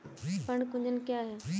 पर्ण कुंचन क्या है?